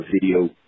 video